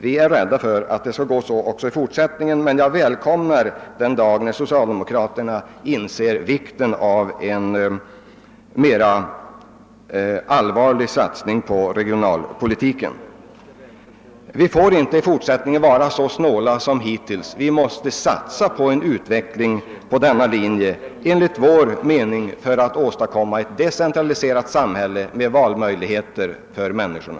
Vi är rädda för att det skall gå så också i fortsättningen, men jag välkomnar den dag när socialdemokraterna inser vikten av en mera allvarlig satsning på regionalpolitiken. Vi får inte i fortsättningen vara så snåla som hittills. Centern anser att det är nödvändigt att satsa på en utveckling enligt denna linje för att åstadkomma ett decentraliserat samhälle med valmöjligheter för människorna.